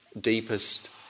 deepest